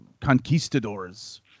conquistadors